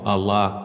Allah